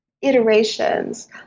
iterations